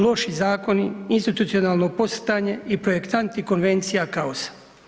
Loši zakoni, institucionalno pos stanje i projektanti i konvencija kaosa.